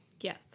Yes